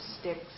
sticks